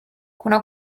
kuna